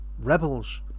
rebels